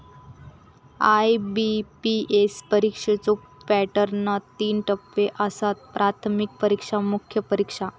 IBPS परीक्षेच्यो पॅटर्नात तीन टप्पो आसत, प्राथमिक परीक्षा, मुख्य परीक्षा